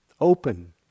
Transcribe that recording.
open